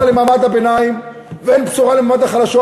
למעמד הביניים ואין בשורה לשכבות החלשות,